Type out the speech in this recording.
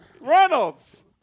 Reynolds